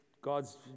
God's